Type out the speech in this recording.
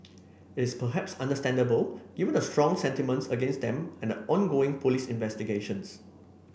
it's perhaps understandable given the strong sentiments against them and ongoing police investigations